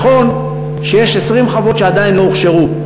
נכון שיש 20 חוות שעדיין לא הוכשרו,